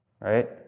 Right